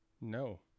No